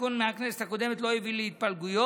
התיקון מהכנסת הקודמת לא הביא להתפלגויות,